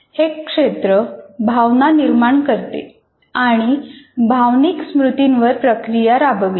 हे क्षेत्र भावना निर्माण करते आणि भावनिक स्मृतींवर प्रक्रिया राबविते